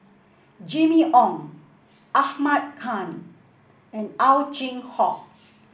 Jimmy Ong Ahmad Khan and Ow Chin Hock